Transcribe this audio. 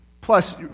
Plus